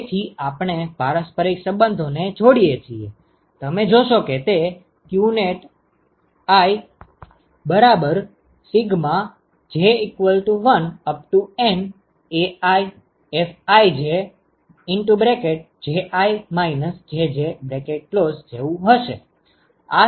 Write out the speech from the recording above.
તેથી આપણે પારસ્પરિક સંબંધો ને જોડીએ છીએ તમે જોશો કે તે qnetiJ1NAiFijJi Jj હશે